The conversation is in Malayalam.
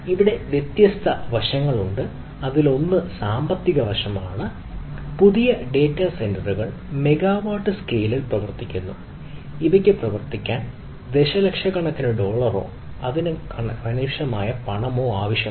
ഇവിടെ വ്യത്യസ്ത വശങ്ങളുണ്ട് ഒന്ന് ഈ സാമ്പത്തിക വശം പുതിയ ഡാറ്റാ സെന്ററുകൾ മെഗാവാട്ട് സ്കെയിലിൽ പ്രവർത്തിക്കുന്നു പ്രവർത്തിക്കാൻ ദശലക്ഷക്കണക്കിന് ഡോളറോ ദശലക്ഷക്കണക്കിന് പണമോ ആവശ്യമാണ്